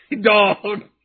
Dog